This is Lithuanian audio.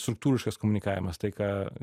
struktūriškas komunikavimas tai ką